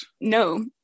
No